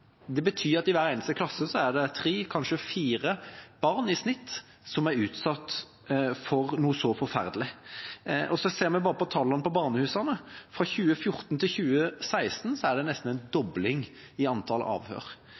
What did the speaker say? Det betyr at i hver eneste klasse er det tre – kanskje fire – barn i snitt som er utsatt for noe så forferdelig. Hvis vi ser på tallene fra barnehusene, var det fra 2014 til 2016 nesten en dobling i antall avhør.